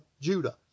Judah